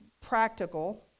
practical